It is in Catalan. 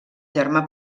germà